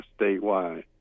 statewide